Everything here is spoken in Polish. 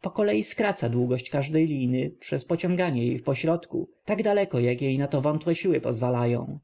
po kolei skraca długość każdej liny przez pociąganie jej w pośrodku tak daleko jak jej na to wątłe siły pozwalają